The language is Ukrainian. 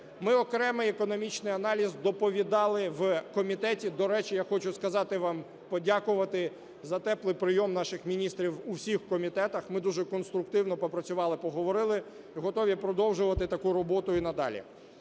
Ми окремий економічний аналіз доповідали в комітеті. До речі, я хочу сказати вам, подякувати за теплий прийом наших міністрів у всіх комітетах. Ми дуже конструктивно попрацювали, поговорили і готові продовжувати таку роботу і надалі.